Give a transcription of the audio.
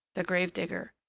the grave-digger.